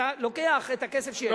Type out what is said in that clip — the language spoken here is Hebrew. אתה לוקח את הכסף שיש לך,